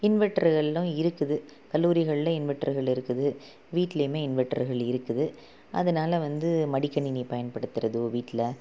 இன்வெர்ட்றுகளும் இருக்குது கல்லூரிகலில் இன்வெர்ட்றுகள் இருக்குது வீட்டிலியுமே இன்வெர்ட்றுகள் இருக்குது அதனால வந்து மடிக்கணினி பயன்படுத்துவது வீட்டில்